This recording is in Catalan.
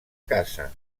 casa